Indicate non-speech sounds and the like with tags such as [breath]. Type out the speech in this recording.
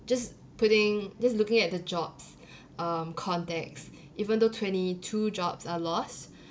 just putting just looking at the jobs [breath] um context even though twenty two jobs are lost